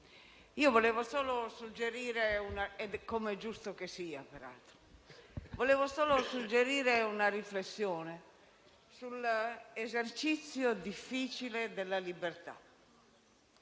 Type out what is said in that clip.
Volevo solo suggerire una riflessione sull'esercizio difficile della libertà